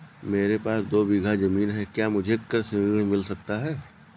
मेरे पास दो बीघा ज़मीन है क्या मुझे कृषि ऋण मिल सकता है?